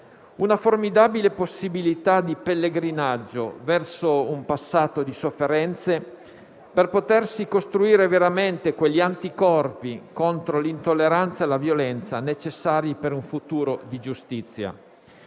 una formidabile possibilità di pellegrinaggio verso un passato di sofferenze, per potersi costruire veramente quegli anticorpi contro l'intolleranza e la violenza, necessari per un futuro di giustizia.